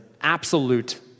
absolute